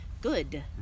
good